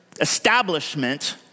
establishment